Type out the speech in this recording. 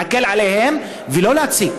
להקל עליהם ולא להציק.